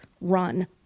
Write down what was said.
run